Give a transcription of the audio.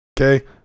okay